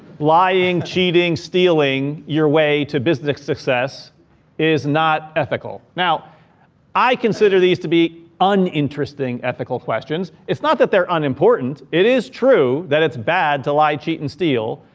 lying, cheating stealing your way to business success is not ethical. now i consider these to be and interesting ethical questions. it's not that they're unimportant. it is true that it's bad to lie, cheat and steal,